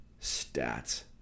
Stats